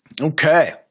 Okay